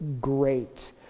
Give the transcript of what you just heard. great